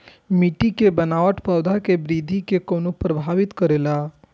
मिट्टी के बनावट पौधा के वृद्धि के कोना प्रभावित करेला?